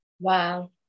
Wow